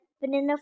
vanilla